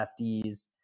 lefties